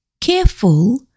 careful